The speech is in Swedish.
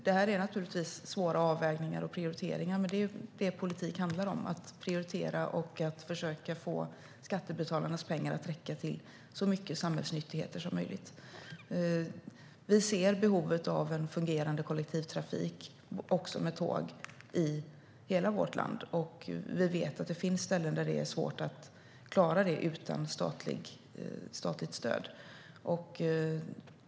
Det här är naturligtvis svåra avvägningar och prioriteringar, men politik handlar om att prioritera och att försöka få skattebetalarnas pengar att räcka till så mycket samhällsnyttigheter som möjligt. Vi ser behovet av en fungerande kollektivtrafik, också med tåg, i hela vårt land. Vi vet att det finns ställen där det är svårt att klara detta utan statligt stöd.